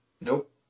Nope